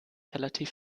relativ